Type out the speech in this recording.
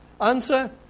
Answer